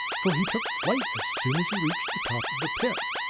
for he took flight as soon as he reached the top of the pit.